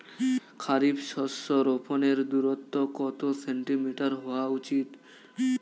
খারিফ শস্য রোপনের দূরত্ব কত সেন্টিমিটার হওয়া উচিৎ?